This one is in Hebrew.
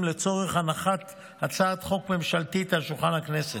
לצורך הנחת הצעת חוק ממשלתית על שולחן הכנסת.